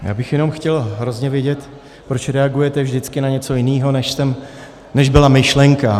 Já bych jenom chtěl hrozně vědět, proč reagujete vždycky na něco jiného, než byla myšlenka.